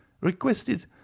requested